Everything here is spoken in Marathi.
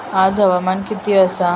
आज हवामान किती आसा?